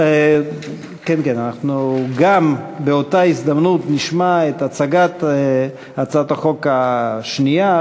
אנחנו באותה הזדמנות גם נשמע את הצגת הצעת החוק השנייה,